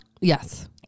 Yes